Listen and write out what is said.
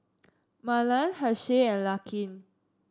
Marlen Hershel and Larkin